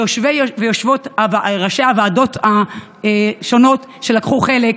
ליושבי-ראש הוועדות השונות שלקחו חלק,